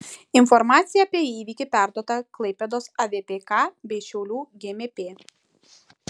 informacija apie įvykį perduota klaipėdos avpk bei šiaulių gmp